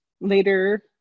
Later